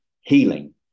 healing